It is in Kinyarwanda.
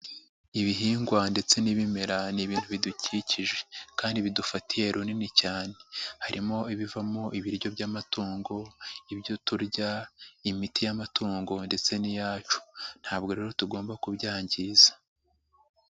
Ibihingwa ndetse n'ibimera n'ibintu bidukikije kandi bidufatiye runini cyane harimo ibivamo ibiryo by'amatungo, ibyo turya, imiti y'amatungo, ndetse n'iyacu ntabwo rero tugomba kubyangiza.